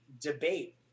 debate